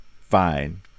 Fine